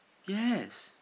yes